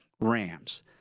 Rams